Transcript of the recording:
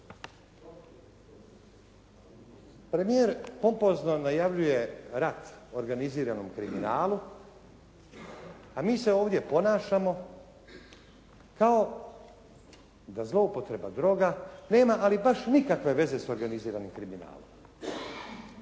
Premijer pompozno najavljuje rat organiziranom kriminalu a mi se ovdje ponašamo kao da zloupotreba droga nema ama baš nikakve veze s organiziranim kriminalom.